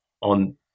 on